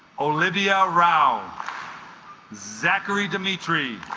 olivia rao zachary demetri